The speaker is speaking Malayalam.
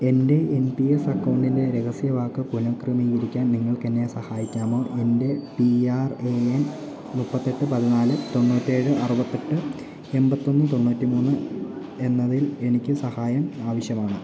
എൻ്റെ എൻ പി എസ് അക്കൗണ്ടിൻ്റെ രഹസ്യവാക്ക് പുനഃക്രമീകരിക്കാൻ നിങ്ങൾക്കെന്നെ സഹായിക്കാമോ എൻ്റെ പി ആർ എ എൻ മുപ്പത്തെട്ട് പതിനാല് തൊണ്ണൂറ്റേഴ് അറുപത്തെട്ട് എമ്പത്തൊന്ന് തൊണ്ണൂറ്റിമൂന്ന് എന്നതിൽ എനിക്ക് സഹായം ആവശ്യമാണ്